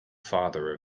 father